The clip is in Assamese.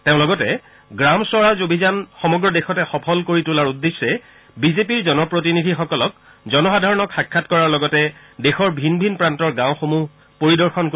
তেওঁ লগতে কয় যে গ্ৰাম স্বৰাজ অভিযান সমগ্ৰ দেশতে সফল কৰি তোলাৰ উদ্দেশ্যে বিজেপিৰ জনপ্ৰতিনিধিসকলে জনসাধাৰণক সাক্ষাৎ কৰাৰ লগতে দেশৰ ভিন ভিন প্ৰান্তৰ গাওঁসমূহ পৰিদৰ্শন কৰিব